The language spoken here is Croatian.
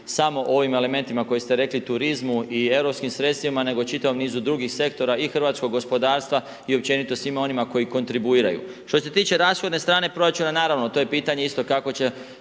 samo o ovim elementima koje ste rekli turizmu i europskim sredstvima nego o čitavom nizu drugih sektora i hrvatskog gospodarstva i općenito svima onima koji kontribuiraju. Što se tiče rashodne strane proračuna, naravno to je pitanje isto kako će